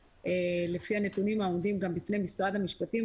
לפי הנתונים שעומדים גם בפני משרד המשפטים,